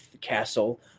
castle